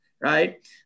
Right